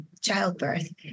childbirth